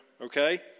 okay